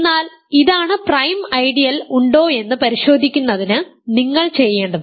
എന്നാൽ ഇതാണ് prime ideal ഉണ്ടോയെന്ന് പരിശോധിക്കുന്നതിന് നിങ്ങൾ ചെയ്യേണ്ടത്